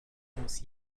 muss